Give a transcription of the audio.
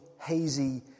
hazy